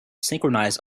synchronize